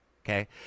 Okay